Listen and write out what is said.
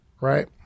right